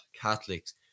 Catholics